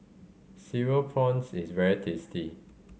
Cereal Prawns is very tasty